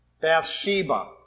Bathsheba